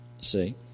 See